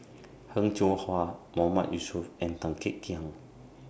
Heng Cheng Hwa Mahmood Yusof and Tan Kek Hiang